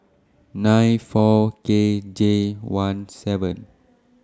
nine four K J one seven